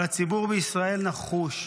אבל הציבור בישראל נחוש.